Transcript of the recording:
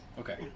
Okay